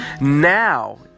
now